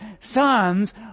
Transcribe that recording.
sons